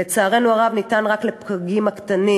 לצערנו הרב ניתן רק לפגים הקטנים,